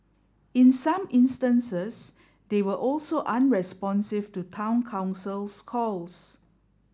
in some instances they were also unresponsive to Town Council's calls